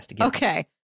Okay